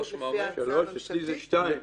(3)